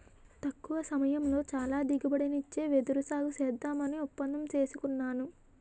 తక్కువ సమయంలో చాలా దిగుబడినిచ్చే వెదురు సాగుసేద్దామని ఒప్పందం సేసుకున్నాను